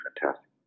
fantastic